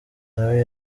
nawe